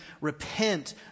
repent